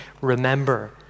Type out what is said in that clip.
remember